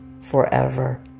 forever